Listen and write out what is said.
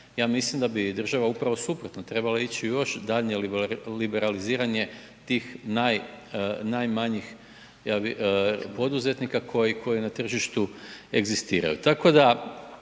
ja mislim da bi država upravo suprotno treba ići u još daljnje liberaliziranje tih naj, najmanjih poduzetnika koji na tržištu egzistiraju.